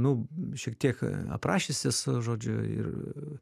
nu šiek tiek a aprašęs esu žodžiu ir